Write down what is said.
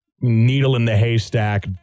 needle-in-the-haystack